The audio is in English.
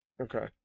Okay